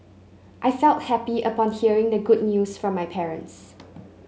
I felt happy upon hearing the good news from my parents